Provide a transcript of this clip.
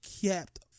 kept